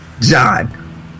John